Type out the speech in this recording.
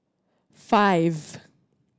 five